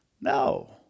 No